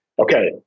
okay